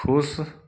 खुश